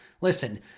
Listen